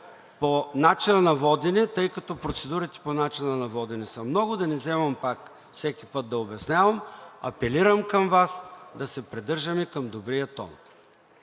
по начина на водене, тъй като процедурите по начина на водене са много и да не вземам всеки път думата и да обяснявам, апелирам към Вас да се придържаме към добрия тон.